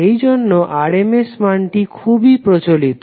সেইজন্য RMS মানটি খুবই প্রচলিত